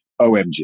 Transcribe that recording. OMG